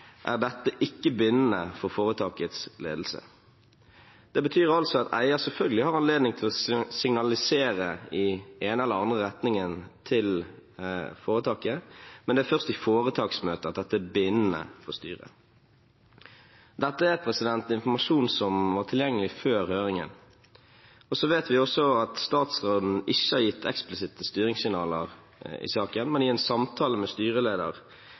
ikke bindende for foretakets ledelse.» Det betyr altså at eier selvfølgelig har anledning til å signalisere i den ene eller den andre retningen til foretaket, men det er først i foretaksmøtet at dette er bindende for styret. Dette er informasjon som var tilgjengelig før høringen. Så vet vi også at statsråden ikke har gitt eksplisitte styringssignaler i saken, men i en samtale med